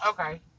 okay